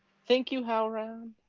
thank you, howlround.